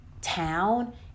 town